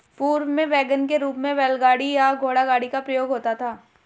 पूर्व में वैगन के रूप में बैलगाड़ी या घोड़ागाड़ी का प्रयोग होता था